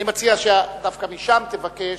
אני מציע שדווקא משם תבקש,